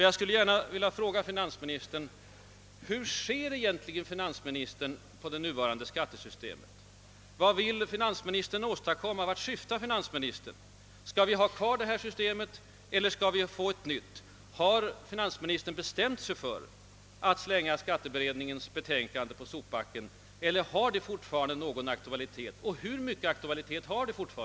Jag skulle därför gärna vilja fråga finansministern: Hur ser finansministern på det nuvarande skattesystemet? Vad vill finansministern åstadkomma? Vart syftar finansministern? Skall vi ha kvar nuvarande skattesystem eller skall vi få ett nytt? Har finansministern bestämt sig för att slänga skatteberedningens betänkande på sopbacken eller har detta fortfarande någon aktualitet och i så fall hur stor?